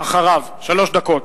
שלוש דקות.